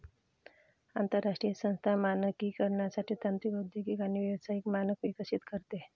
आंतरराष्ट्रीय संस्था मानकीकरणासाठी तांत्रिक औद्योगिक आणि व्यावसायिक मानक विकसित करते